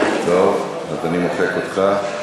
טוב, אז אני מוחק אותך.